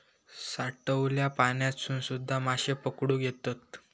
साठलल्या पाण्यातसून सुध्दा माशे पकडुक येतत